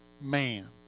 man